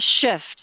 shift